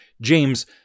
James